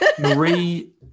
Marie